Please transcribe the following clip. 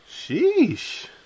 Sheesh